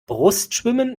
brustschwimmen